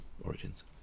origins